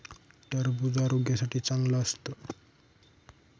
टरबूज आरोग्यासाठी चांगलं असतं